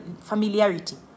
familiarity